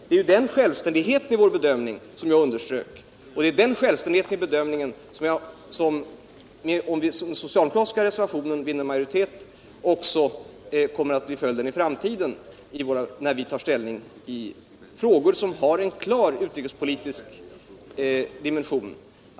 Det är denna självständiga opinionbildning som jag underströk, och det är den självständigheten i bedömningen som, om den socialdemokratiska reservationen vinner majoritet, också kommer att bestå i framtiden när vi tar ställning i frågor som har en klar utrikespolitisk dimension.